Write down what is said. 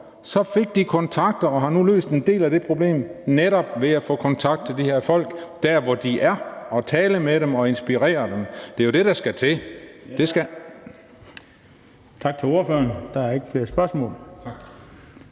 fik de kontakter, og de har nu løst en del af det problem netop ved at få kontakt til de her folk der, hvor de er, og tale med dem og inspirere dem. Det er jo det, der skal til.